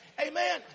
Amen